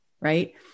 right